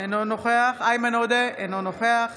אינו נוכח איימן עודה, אינו נוכח